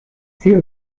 sir